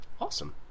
Awesome